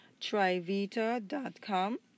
TriVita.com